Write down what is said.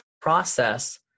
process